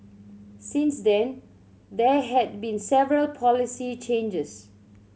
since then there had been several policy changes